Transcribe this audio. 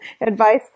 advice